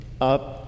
up